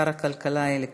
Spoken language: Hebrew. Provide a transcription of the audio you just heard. שר הכלכלה אלי כהן,